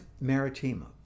Maritima